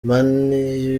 mani